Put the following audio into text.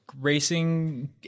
racing